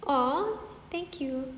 !aww! thank you